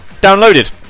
downloaded